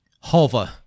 hover